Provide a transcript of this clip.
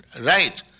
right